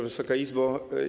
Wysoka Izbo!